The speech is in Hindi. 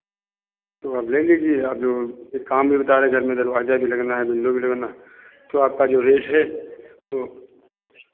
तो आप ले लीजिए आप जो एक काम भी बता रहे हैं घर में दरवाजा भी लगना है विंडो भी लगना है तो आपका जो रेट है वो